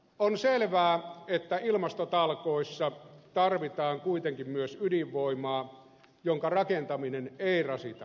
on selvää että ilmastotalkoissa tarvitaan kuitenkin myös ydinvoimaa jonka rakentaminen ei rasita kansalaisen kukkaroa